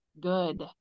good